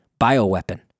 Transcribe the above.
bioweapon